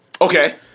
Okay